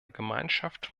gemeinschaft